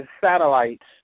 satellites